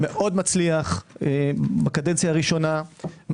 מאוד מצליח בקדנציה הראשונה,